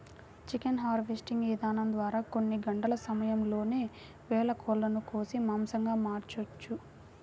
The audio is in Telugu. చికెన్ హార్వెస్టింగ్ ఇదానం ద్వారా కొన్ని గంటల సమయంలోనే వేల కోళ్ళను కోసి మాంసంగా మార్చొచ్చు